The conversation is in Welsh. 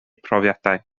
profiadau